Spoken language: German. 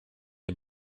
wir